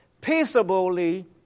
peaceably